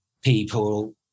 people